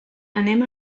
anem